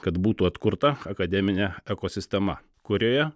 kad būtų atkurta akademinė ekosistema kurioje